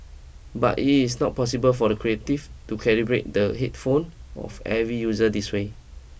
but it is not possible for Creative to calibrate the headphone of every user this way